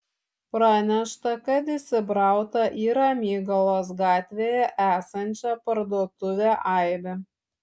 pranešta kad įsibrauta į ramygalos gatvėje esančią parduotuvę aibė